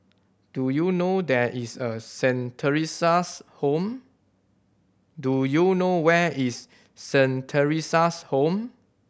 do you know there is Saint Theresa's Home do you know there is Saint Theresa's Home